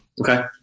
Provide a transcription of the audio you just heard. Okay